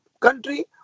country